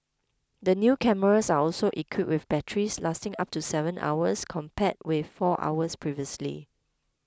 the new cameras are also equipped with batteries lasting up to seven hours compared with four hours previously